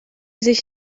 sich